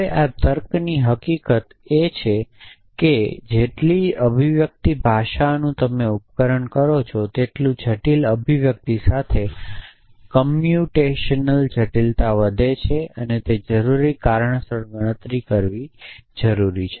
હવે આ તર્કની હકીકત એ છે કે જેટલી અભિવ્યક્ત ભાષાનું તમે ઉપકરણ કરો તેટલું જટિલ અભિવ્યક્તિની સાથે કમ્પ્યુટેશનલ જટિલતા વધે છે તે જરૂરી કારણસર ગણતરી કરવી જરૂરી છે